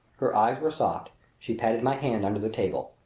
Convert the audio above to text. her eyes were soft she patted my hand under the table.